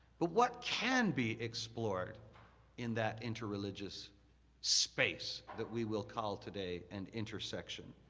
but what can be explored in that interreligious space that we will call today, an intersection?